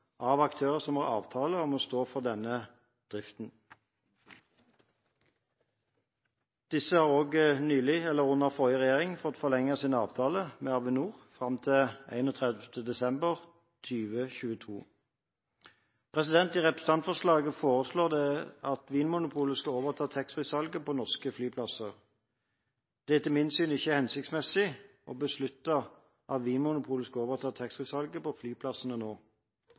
av aktører som har avtaler om å stå for denne driften. Disse har nylig, under forrige regjering, fått forlenget sin avtale med Avinor fram til 31. desember 2022. I representantforslaget foreslås det at Vinmonopolet skal overta taxfree-salget på norske flyplasser. Det er etter mitt syn ikke hensiktsmessig å beslutte at Vinmonopolet skal overta taxfree-salget på flyplassene nå.